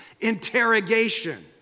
interrogation